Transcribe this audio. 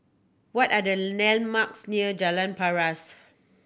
what are the landmarks near Jalan Paras